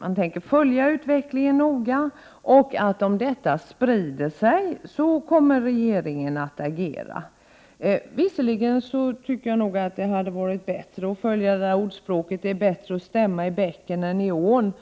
han tänker följa utvecklingen noga och att regeringen, om detta sprider sig, kommer att agera. Visserligen hade det varit bättre att, som det gamla ordspråket lyder, stämma i bäcken än i ån.